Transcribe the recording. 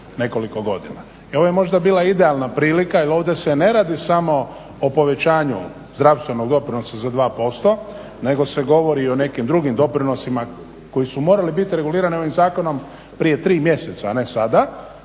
nekoliko godina. I ovo je možda bila idealna prilika jer ovdje se ne radi samo o povećanju zdravstvenog doprinosa za 2% nego se govori i o nekim drugim doprinosima koji su morali biti regulirani ovim zakonom prije tri mjeseca a ne sada.